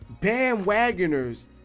bandwagoners